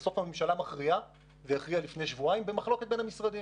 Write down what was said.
ובסוף הממשלה מכריעה כשיש מחלוקת בין המשרדים.